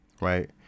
Right